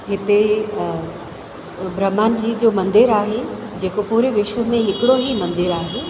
हिते ब्रह्मा जी जो मंदरु आहे जेको पूरे विश्व में हिकिड़ो ई मंदरु आहे